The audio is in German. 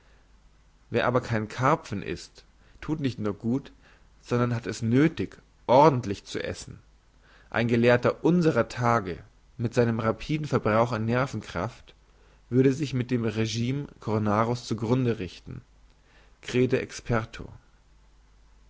wer aber kein karpfen ist thut nicht nur gut sondern hat es nöthig ordentlich zu essen ein gelehrter unsrer tage mit seinem rapiden verbrauch an nervenkraft würde sich mit dem rgime cornaro's zu grunde richten